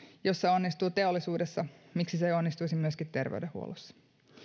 jos se onnistuu teollisuudessa niin miksi se ei onnistuisi myöskin terveydenhuollossa